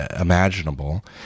imaginable